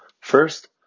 First